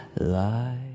lie